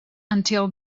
until